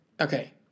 Okay